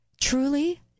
Truly